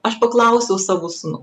aš paklausiau savo sūnų